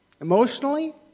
emotionally